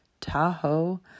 Tahoe